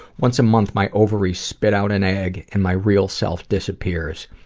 once a month my ovaries spit out an egg and my real self disappears.